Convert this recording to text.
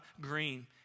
Green